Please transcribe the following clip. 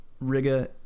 Riga